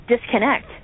disconnect